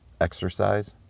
exercise